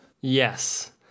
Yes